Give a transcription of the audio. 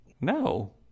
No